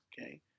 Okay